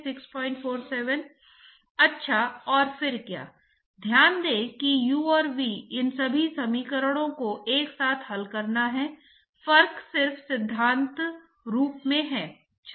कोई अन्य स्थान क्योंकि द्रव अब लंबे समय तक प्लेट के संपर्क में रहता है अधिक हीट ट्रांसपोर्ट होती हैं